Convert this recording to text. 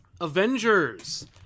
Avengers